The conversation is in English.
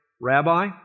Rabbi